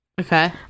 Okay